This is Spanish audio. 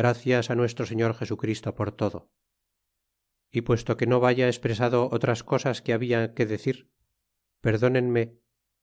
gracias nuestro señor jesu christo por todo e puesto que no vaya expresado otras cosas que habia que decir perdónenme